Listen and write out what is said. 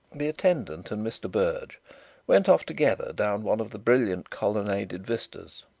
the attendant and mr. berge went off together down one of the brilliant colonnaded vistas.